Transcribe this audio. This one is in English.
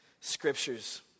scriptures